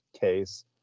case